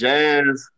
Jazz